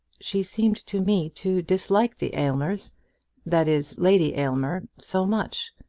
she seemed to me to dislike the aylmers that is, lady aylmer so much!